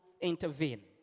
intervene